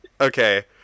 Okay